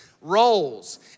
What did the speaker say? roles